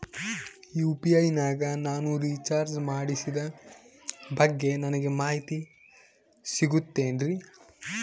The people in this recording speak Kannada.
ಯು.ಪಿ.ಐ ನಾಗ ನಾನು ರಿಚಾರ್ಜ್ ಮಾಡಿಸಿದ ಬಗ್ಗೆ ನನಗೆ ಮಾಹಿತಿ ಸಿಗುತೇನ್ರೀ?